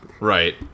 Right